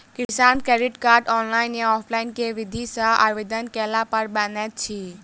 किसान credit card, online या offline केँ विधि सँ आवेदन कैला पर बनैत अछि?